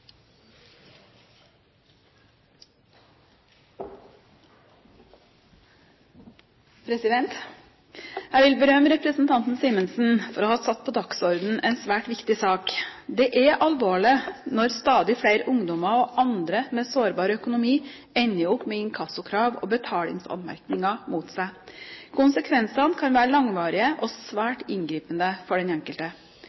med. Jeg vil berømme representanten Simensen for å ha satt en svært viktig sak på dagsordenen. Det er alvorlig når stadig flere ungdommer og andre med sårbar økonomi ender opp med inkassokrav og å få betalingsanmerkninger. Konsekvensene kan være langvarige og